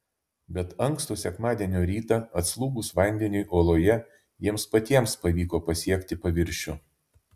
bet ankstų sekmadienio rytą atslūgus vandeniui oloje jiems patiems pavyko pasiekti paviršių